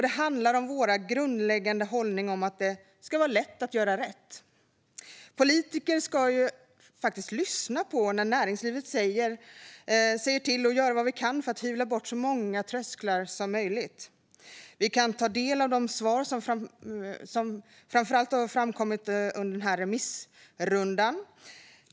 Det handlar om vår grundläggande hållning att det ska vara lätt att göra rätt. Vi politiker ska faktiskt lyssna på vad näringslivet säger och göra vad vi kan för att hyvla bort så många trösklar som möjligt. Vi kan ta del av de svar som framför allt har kommit under remissrundan.